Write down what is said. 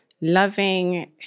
loving